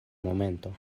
momento